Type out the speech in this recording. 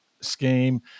scheme –